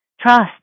Trust